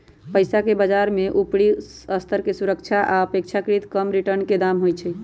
पइसाके बजार में उपरि स्तर के सुरक्षा आऽ अपेक्षाकृत कम रिटर्न के दाम होइ छइ